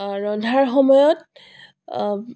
ৰন্ধাৰ সময়ত